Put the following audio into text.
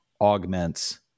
Augments